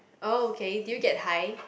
oh okay did you get high